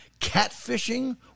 catfishing